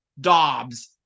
Dobbs